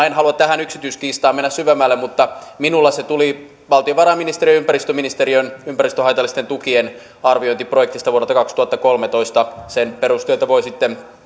en halua tähän yksityiskiistaan mennä syvemmälle mutta minulle se tuli valtiovarainministeriön ja ympäristöministeriön ympäristölle haitallisten tukien arviointiprojektista vuodelta kaksituhattakolmetoista sen perusteita voi sitten